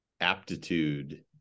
aptitude